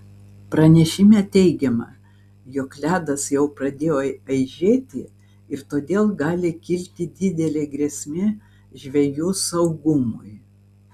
pranešime teigiama jog ledas jau pradėjo aižėti ir todėl gali kilti didelė grėsmė žvejų saugumui